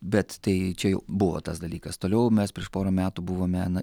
bet tai čia jau buvo tas dalykas toliau mes prieš porą metų buvome na